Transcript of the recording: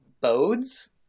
bodes